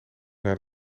naar